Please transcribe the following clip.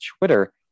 Twitter